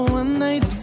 one-night